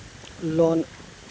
loan